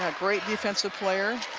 ah great defensive player.